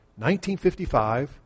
1955